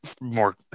More